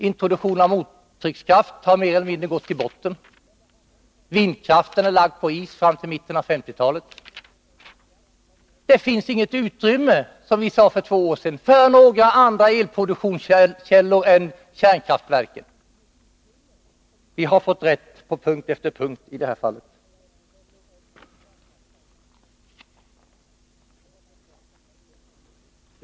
Introduktionen av mottryckskraft har mer eller mindre gått i botten, vindkraften är lagd på is fram till mitten av 1980-talet. Som vi sade för två år sedan finns det inget utrymme för andra elproduktionskällor än kärnkraftverken. Vi har fått rätt på punkt efter punkt i det här fallet.